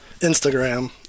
Instagram